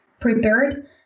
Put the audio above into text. prepared